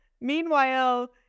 Meanwhile